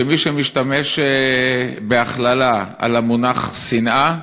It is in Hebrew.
שמי שמשתמש בהכללה במונח שנאה,